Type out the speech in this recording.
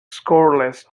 scoreless